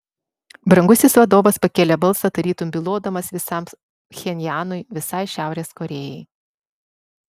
brangusis vadovas pakėlė balsą tarytum bylodamas visam pchenjanui visai šiaurės korėjai